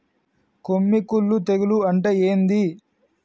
కొమ్మి కుల్లు తెగులు అంటే ఏంది?